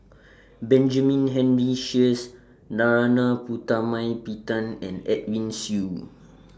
Benjamin Henry Sheares Narana Putumaippittan and Edwin Siew